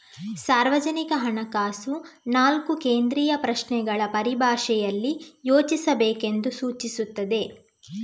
ಸಾರ್ವಜನಿಕ ಹಣಕಾಸು ನಾಲ್ಕು ಕೇಂದ್ರೀಯ ಪ್ರಶ್ನೆಗಳ ಪರಿಭಾಷೆಯಲ್ಲಿ ಯೋಚಿಸಬೇಕೆಂದು ಸೂಚಿಸುತ್ತದೆ